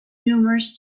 numerous